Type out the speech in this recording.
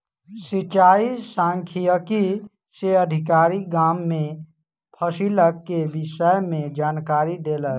सिचाई सांख्यिकी से अधिकारी, गाम में फसिलक के विषय में जानकारी देलक